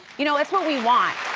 you know, it's what we want.